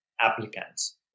applicants